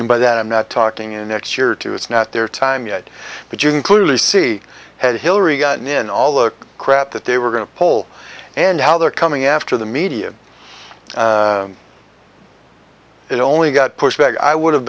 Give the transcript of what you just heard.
you by that i'm not talking in next year or two it's not their time yet but you can clearly see had hillary gotten in all the crap that they were going to pull and how they're coming after the media it only got pushed back i would have